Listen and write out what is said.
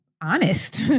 honest